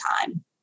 time